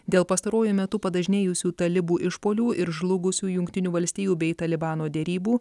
dėl pastaruoju metu padažnėjusių talibų išpuolių ir žlugusių jungtinių valstijų bei talibano derybų